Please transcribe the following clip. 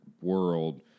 world